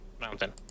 mountain